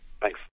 Thanks